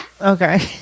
Okay